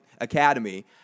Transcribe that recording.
Academy